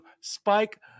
Spike